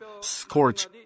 scorch